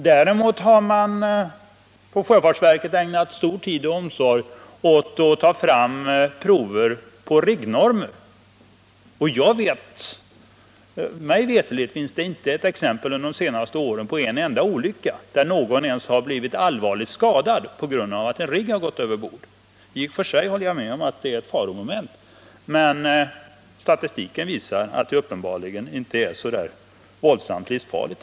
Däremot har sjöfartsverket lagt ner mycken tid och omsorg på att ta fram prov på riggnormer. Mig veterligt finns det inte exempel från de senaste åren på en enda olycka där någon ens har blivit allvarligt skadad på grund av att en rigg har gått över bord. I och för sig håller jag med om att det är ett faromoment, men statistiken visar att det uppenbarligen inte direkt är så där våldsamt livsfarligt.